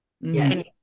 Yes